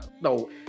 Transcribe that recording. No